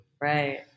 Right